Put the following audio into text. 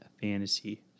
fantasy